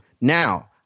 now